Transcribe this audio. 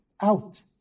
out